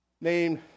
named